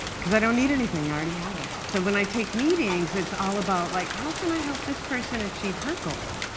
because i don't need anything, i already have it. so when i take meetings, it's all about like how can i help this person achieve her goal?